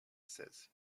says